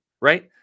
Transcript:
right